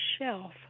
shelf